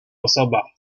osoba